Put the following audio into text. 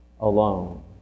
alone